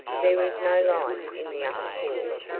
there was no light in the upper hall,